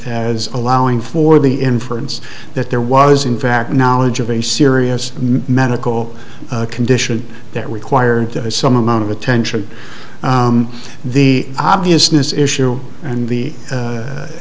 as allowing for the inference that there was in fact knowledge of a serious medical condition that required some amount of attention the obviousness issue and the